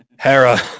Hera